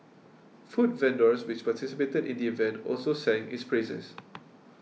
food vendors which participated in the event also sang its praises